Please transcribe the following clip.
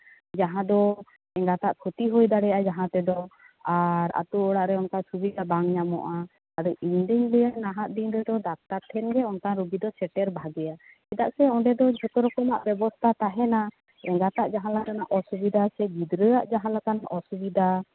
ᱡᱟᱦᱟᱸ ᱫᱚ ᱮᱸᱜᱟᱛᱟᱜ ᱠᱷᱩᱛᱤ ᱦᱩᱭ ᱫᱟᱲᱮᱭᱟᱜᱼᱟ ᱡᱟᱦᱟᱸᱛᱮᱫᱚ ᱟᱨ ᱟᱛᱳ ᱚᱲᱟᱜ ᱨᱮ ᱚᱱᱠᱟ ᱥᱩᱵᱤᱫᱟ ᱵᱟᱝ ᱧᱟᱢᱚᱜᱼᱟ ᱟᱫᱚ ᱤᱧ ᱫᱚᱧ ᱞᱟᱹᱭᱟ ᱱᱟᱦᱟᱜ ᱫᱤᱱ ᱨᱮᱫᱚ ᱰᱟᱠᱛᱟᱨ ᱴᱷᱮᱱ ᱜᱮ ᱚᱱᱠᱟᱱ ᱨᱩᱜᱤ ᱫᱚ ᱥᱮᱴᱮᱨ ᱵᱷᱟᱜᱮᱭᱟ ᱪᱮᱫᱟᱜ ᱥᱮ ᱚᱸᱰᱮ ᱫᱚ ᱡᱷᱚᱛᱚ ᱨᱚᱠᱚᱢᱟᱜ ᱵᱮᱵᱚᱥᱛᱟ ᱛᱟᱦᱮᱱᱟ ᱮᱸᱜᱟᱛᱟᱜ ᱡᱟᱸᱦᱟ ᱞᱮᱠᱟᱱᱟᱜ ᱚᱥᱩᱵᱤᱫᱟ ᱥᱮ ᱜᱤᱫᱽᱨᱟᱹᱣᱟᱜ ᱡᱟᱸᱦᱟ ᱞᱮᱠᱟᱱᱟᱜ ᱚᱥᱩᱵᱤᱫᱟ